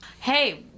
Hey